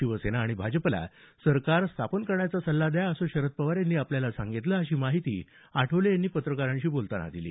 शिवसेना आणि भाजपला सरकार स्थापन करण्याचा सल्ला द्या असं शरद पवार यांनी आपल्याला सांगितलं आहे अशी माहिती आठवले यांनी पत्रकारांशी बोलतांना दिली